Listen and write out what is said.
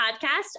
podcast